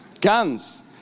Guns